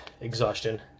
exhaustion